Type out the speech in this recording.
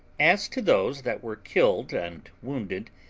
as to those that were killed and wounded,